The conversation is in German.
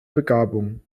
begabung